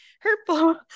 hurtful